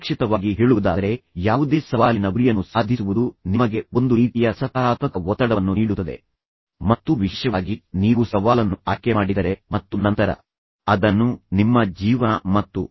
ಸಂಕ್ಷಿಪ್ತವಾಗಿ ಹೇಳುವುದಾದರೆ ಯಾವುದೇ ಸವಾಲಿನ ಗುರಿಯನ್ನು ಸಾಧಿಸುವುದು ನಿಮಗೆ ಒಂದು ರೀತಿಯ ಸಕಾರಾತ್ಮಕ ಒತ್ತಡವನ್ನು ನೀಡುತ್ತದೆ ಮತ್ತು ವಿಶೇಷವಾಗಿ ನೀವು ಸವಾಲನ್ನು ಆಯ್ಕೆ ಮಾಡಿದ್ದರೆ ಮತ್ತು ನಂತರ ಅದನ್ನು ನಿಮ್ಮ ಜೀವನ ಮತ್ತು ವೃತ್ತಿಜೀವನದ ಭಾಗವೆಂದು ಪರಿಗಣಿಸಿದ್ದರೆ